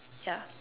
ya